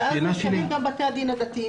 ואז מוזכרים גם בתי הדין הדתיים.